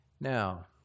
now